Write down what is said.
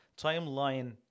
timeline